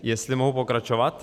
Jestli mohu pokračovat?